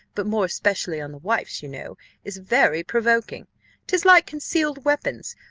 but more especially on the wife's, you know is very provoking tis like concealed weapons,